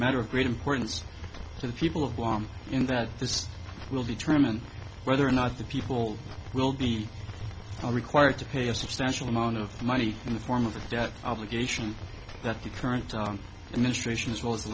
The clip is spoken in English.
matter of great importance to the people of guam in that this will be determined whether or not the people will be required to pay a substantial amount of money in the form of a debt obligation that the current administration as well as